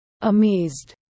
Amazed